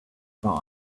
have